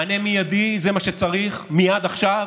מענה מיידי, זה מה שצריך מייד עכשיו,